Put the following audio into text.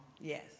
Yes